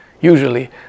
Usually